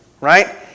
right